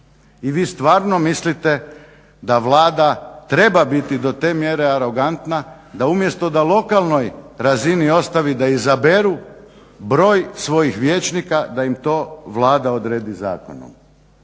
I vi stvarno mislite da Vlada treba biti do te mjere arogantna da umjesto da lokalnoj razini ostavi da izaberu broj svojih vijećnika da im to Vlada odredi zakonom.